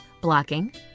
blocking